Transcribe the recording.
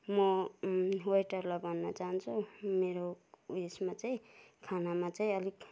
म वेटरलाई भन्न चाहन्छु मेरो उयसमा चाहिँ खानामा चाहिँ अलिक